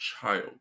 child